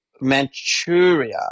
Manchuria